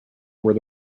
were